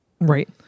Right